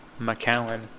McAllen